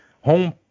home